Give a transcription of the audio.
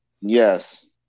yes